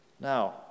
Now